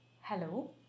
Hello